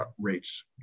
rates